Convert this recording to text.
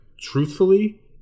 truthfully